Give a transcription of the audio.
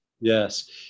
yes